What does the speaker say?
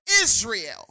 Israel